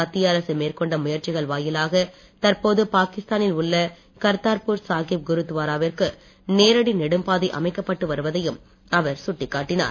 மத்திய அரசு மேற்கொண்ட முயற்சிகள் வாயிலாக தற்போது பாகிஸ்தானில் உள்ள கர்த்தார்பூர் சாகிப் குருத்வாராவிற்கு நேரடி நெடும்பாதை அமைக்கப்பட்டு வருவதையும் அவர் சுட்டிக் காட்டினார்